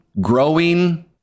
growing